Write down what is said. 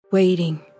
waiting